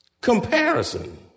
Comparison